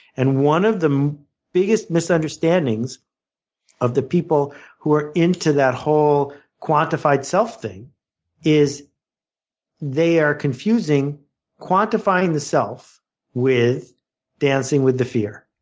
and one of the biggest misunderstandings of the people who are into that whole quantified self thing is they are confusing quantifying the self with dancing with the fear.